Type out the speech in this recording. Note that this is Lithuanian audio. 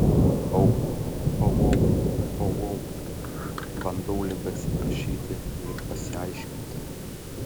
au au au au au bandau lyg atsiprašyti lyg pasiaiškinti